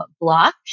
block